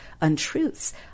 untruths